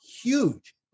huge